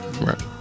Right